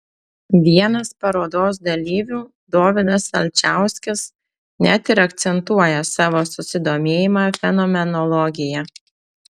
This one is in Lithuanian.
vienas parodos dalyvių dovydas alčauskis net ir akcentuoja savo susidomėjimą fenomenologija